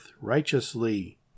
righteously